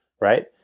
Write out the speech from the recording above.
right